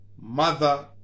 Mother